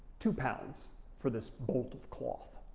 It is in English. two pounds for this bolt of cloth,